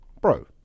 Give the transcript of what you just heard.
Bro